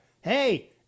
hey